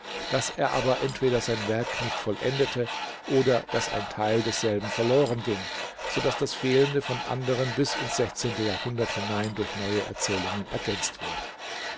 daß er aber entweder sein werk nicht vollendete oder daß ein teil desselben verloren ging so daß das fehlende von anderen bis ins jahrhundert hinein durch neue erzählungen ergänzt wurde